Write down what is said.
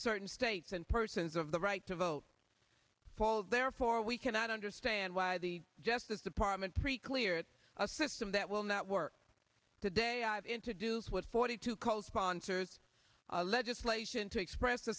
certain states and persons of the right to vote fall therefore we cannot understand why the justice department pre cleared a system that will not work to day i've introduced what forty two called sponsored legislation to express the